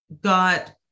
got